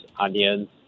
onions